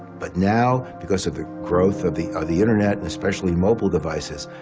but now because of the growth of the of the internet and especially mobile devices,